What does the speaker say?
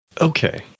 Okay